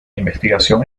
investigación